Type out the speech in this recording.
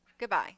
goodbye